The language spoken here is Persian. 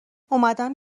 اومدم